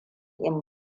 in